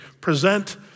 present